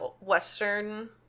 Western